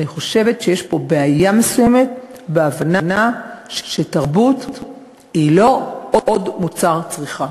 אני חושבת שיש פה בעיה מסוימת בהבנה שתרבות היא לא עוד מוצר צריכה,